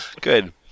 Good